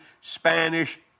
Spanish